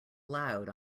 loud